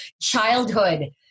childhood